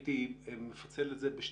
הייתי מפצל את זה בשנייה